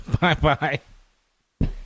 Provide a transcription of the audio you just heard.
Bye-bye